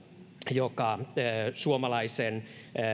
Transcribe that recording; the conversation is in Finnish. joka suomalaisen